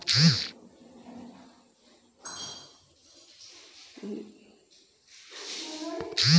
मुलायम वाला लकड़ी से सोफा, कुर्सी, मेज बनला